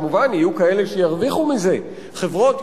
כמובן יהיו כאלה שירוויחו מזה: חברות,